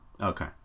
Okay